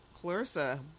Clarissa